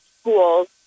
schools